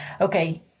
okay